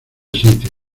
sitio